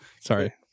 Sorry